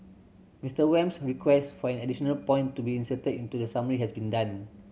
Mister Wham's request for an additional point to be inserted into the summary has been done